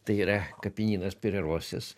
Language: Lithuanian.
tai yra kapinynas pererosis